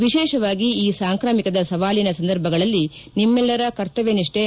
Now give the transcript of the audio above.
ವಿಶೇಷವಾಗಿ ಈ ಸಾಂಕ್ರಾಮಿಕದ ಸವಾಲಿನ ಸಂದರ್ಭಗಳಲ್ಲಿ ನಿಮ್ಮೆಲ್ಲರ ಕರ್ತವ್ಯನಿಷ್ಠೆ